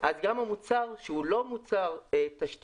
אז גם המוצר שהוא לא מוצר תשתית,